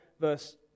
verse